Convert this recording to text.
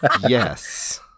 Yes